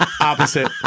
opposite